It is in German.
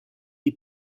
die